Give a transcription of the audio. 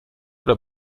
oder